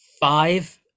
five